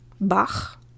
Bach